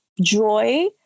joy